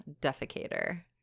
defecator